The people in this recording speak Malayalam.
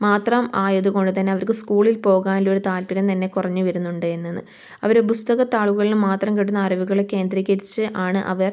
മാത്രം ആയതുകൊണ്ട്തന്നെ അവർക്ക് സ്കൂളിൽ പോകാൻ ഉള്ള ഒരു താൽപര്യം തന്നെ കുറഞ്ഞു വരുന്നുണ്ട് എന്ന് അവര് പുസ്തകത്താളുകളിൽ മാത്രം കിട്ടുന്ന അറിവുകൾ കേന്ദ്രീകരിച്ച് ആണ് അവർ